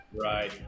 Right